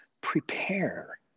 Prepare